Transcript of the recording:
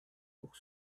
pour